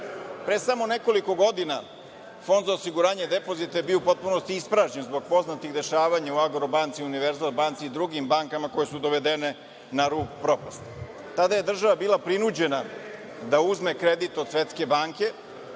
Pre samo nekoliko godina Fond za osiguranje depozita je bio u potpunosti ispražnjen zbog poznatih dešavanja u Agrobanci, Univerzal banci i drugim bankama koje su dovedene na rub propasti. Tada je država bila prinuđena da uzme kredit od Svetske banke